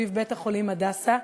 סביב בית-החולים "הדסה",